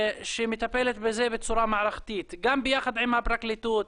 שמטפלת בזה בצורה מערכתית, גם ביחד עם הפרקליטות,